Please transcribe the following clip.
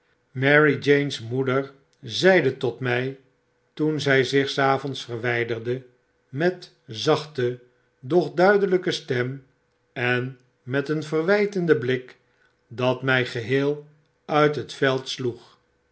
marie jine's moeder zeide tot mij toen zij zich s avonds verwijderde met zachte doch duidelijke stem en met een verwijtenden blik die mij geheel uit het veld sloeg